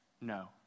no